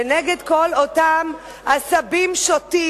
ונגד כל אותם עשבים שוטים,